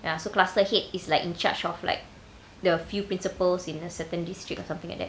ya so cluster head is like in charge of like the few principles in a certain district or something like that